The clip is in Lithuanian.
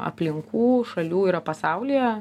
aplinkų šalių yra pasaulyje